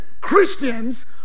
christians